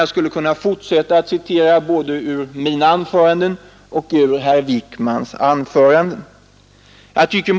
Jag skulle kunna fortsätta att citera både ur mina och herr Wijkmans anföranden.